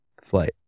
Flight